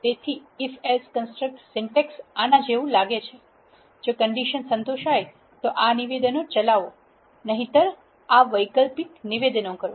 તેથી if else construct syntax આના જેવું લાગે છે જો કંડિશન સંતોષાય તો આ નિવેદનો ચલાવો નહીં તો આ વૈકલ્પિક નિવેદનો કરો